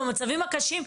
במצבים הקשים,